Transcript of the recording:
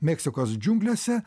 meksikos džiunglėse